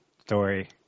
story